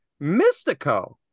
mystico